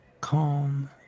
calm